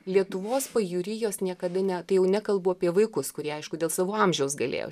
lietuvos pajūry jos niekada ne tai jau nekalbu apie vaikus kurie aišku dėl savo amžiaus galėjo